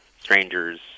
strangers